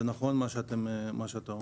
זה נכון מה שאתה אומר,